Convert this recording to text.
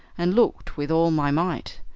and looked with all my might.